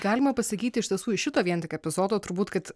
galima pasakyti iš tiesų iš šito vien tik epizodo turbūt kad